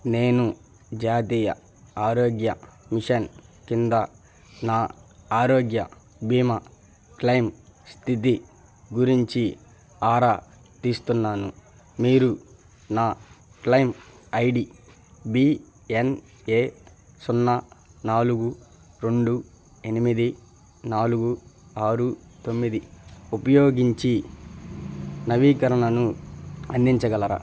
నేను జాతీయ ఆరోగ్య మిషన్ కింద నా ఆరోగ్య బీమా క్లయిమ్ స్థితి గురించి ఆరా తీస్తున్నాను మీరు నా claim ID B N A సున్నా నాలుగు రెండు ఎనిమిది నాలుగు ఆరు తొమ్మిది ఉపయోగించి నవీకరణను అందించగలరా